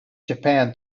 japan